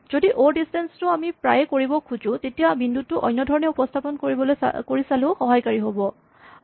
যদি অ' ডিচটেন্স টো আমি প্ৰায়ে কৰিব খুজো তেতিয়া বিন্দুটো অন্যধৰণে উপস্হাপন কৰি চালেও সহায়কাৰী হ'ব পাৰে